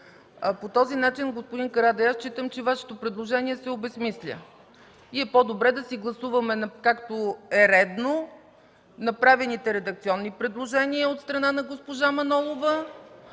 По този начин, господин Карадайъ, считам, че Вашето предложение се обезсмисля и е по-добре да си гласуваме както е редно – направените редакционни предложения от страна на госпожа Манолова.